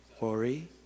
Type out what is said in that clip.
Worry